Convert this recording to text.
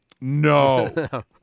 No